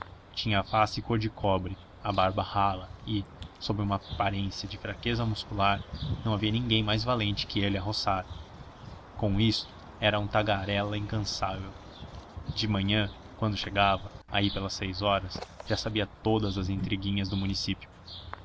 a face cor de cobre a barba rala e sob uma aparência de fraqueza muscular não havia ninguém mais valente que ele a roçar com isto era um tagarela incansável de manhã quando chegava aí pelas seis horas já sabia todas as intriguinhas do município